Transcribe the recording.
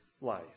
life